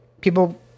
people